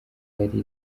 yari